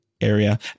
area